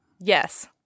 Yes